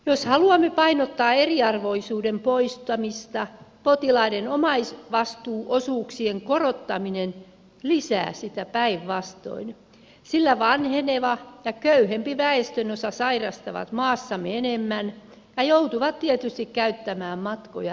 jos haluamme painottaa eriarvoisuuden poistamista potilaiden omaisvastuuosuuksien korottaminen päinvastoin lisää sitä sillä vanheneva ja köyhempi väestönosa sairastaa maassamme enemmän ja joutuu tietysti käyttämään matkoja enemmän